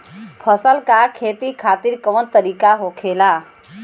फसल का खेती खातिर कवन तरीका होखेला?